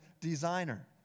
designer